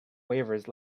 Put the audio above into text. waivers